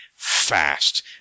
fast